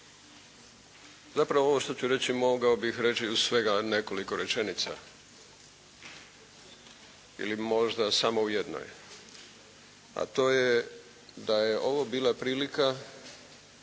Zapravo ovo što ću reći mogao bih reći u svega nekoliko rečenica, ili možda samo u jednoj a to je da je ovo bila prilika